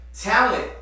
talent